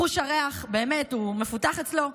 חוש הריח הוא באמת מפותח אצלו.